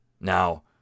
Now